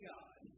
God